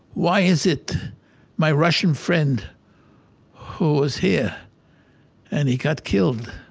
why is it my russian friend who was here and he got killed,